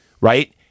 right